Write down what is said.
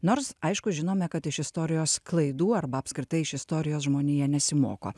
nors aišku žinome kad iš istorijos klaidų arba apskritai iš istorijos žmonija nesimoko